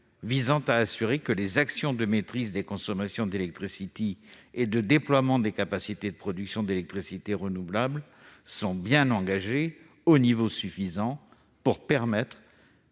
de s'assurer que les actions de maîtrise des consommations d'électricité et de déploiement des capacités de production d'électricité renouvelable ont bien été engagées à un niveau suffisant pour permettre